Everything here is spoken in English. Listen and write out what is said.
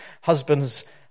husbands